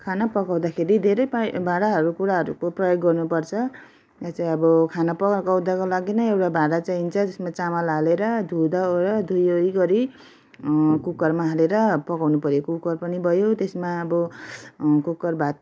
खाना पकाउँदाखेरि धेरै पा भाँडाहरू कुँडाहरूको प्रयोग गर्नुपर्छ त्यहाँ चाहिँ अब खाना पकाउँदाको लागि नै एउटा भाँडा चाहिन्छ जसमा चाहिँ चामल हालेर धुँदावर्दा धुइवरी गरी कुकरमा हालेर पकाउनु पऱ्यो कुकर पनि भयो त्यसमा अब कुकर भात